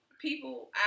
People